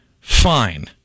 fine